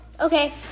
okay